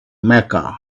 mecca